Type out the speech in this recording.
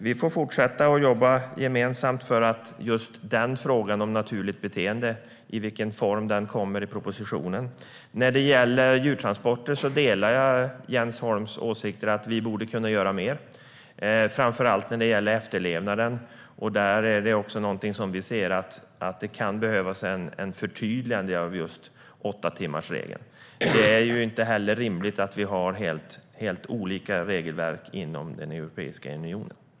Vi får fortsätta att jobba gemensamt för i vilken form frågan om naturligt beteende kommer i propositionen. Beträffande djurtransporter delar jag Jens Holms åsikt att vi borde kunna göra mer, framför allt vad gäller efterlevnaden. Det kan behövas ett förtydligande av åttatimmarsregeln. Det är inte heller rimligt att vi har helt olika regelverk inom Europeiska unionen.